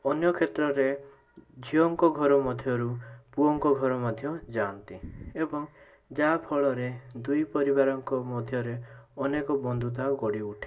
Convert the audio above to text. ଅନ୍ୟ କ୍ଷେତ୍ରରେ ଝିଅଙ୍କ ଘର ମଧ୍ୟରୁ ପୁଅଙ୍କ ଘର ମଧ୍ୟ ଯାଆନ୍ତି ଏବଂ ଯାହାଫଳରେ ଦୁଇ ପରିବାରଙ୍କ ମଧ୍ୟରେ ଅନେକ ବନ୍ଧୁତା ଗଢ଼ିଉଠେ